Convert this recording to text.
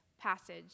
passage